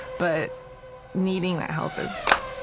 but needing that help is, ah,